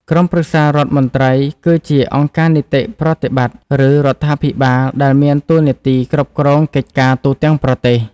ក្រុមប្រឹក្សារដ្ឋមន្ត្រី គឺជាអង្គការនីតិប្រតិបត្តិ ឬរដ្ឋាភិបាលដែលមានតួនាទីគ្រប់គ្រងកិច្ចការទូទាំងប្រទេស។